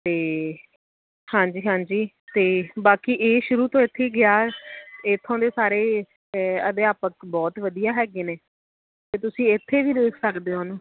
ਅਤੇ ਹਾਂਜੀ ਹਾਂਜੀ ਅਤੇ ਬਾਕੀ ਇਹ ਸ਼ੁਰੂ ਤੋਂ ਇੱਥੇ ਗਿਆ ਇੱਥੋਂ ਦੇ ਸਾਰੇ ਅਧਿਆਪਕ ਬਹੁਤ ਵਧੀਆ ਹੈਗੇ ਨੇ ਅਤੇ ਤੁਸੀਂ ਇੱਥੇ ਵੀ ਦੇਖ ਸਕਦੇ ਹੋ ਉਹਨੂੰ